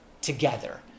together